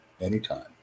anytime